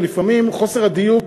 ולפעמים חוסר הדיוק